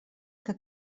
que